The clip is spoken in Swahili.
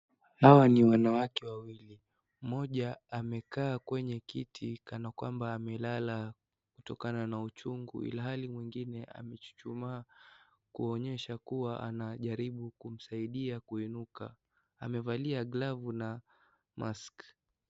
Hawa ni wanawake wawili, mmoja amekaa kwenye kiti kana kwamba amelala kutokana na uchungu ilhali mwingine amechuchumaa kuonyesha kuwa anajaribu kumsaidia kuinuka, amevalia glavu na mask .